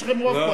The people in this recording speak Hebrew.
יש לכם רוב פה.